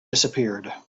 disappeared